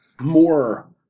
more